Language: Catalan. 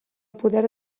poder